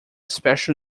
special